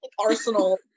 arsenal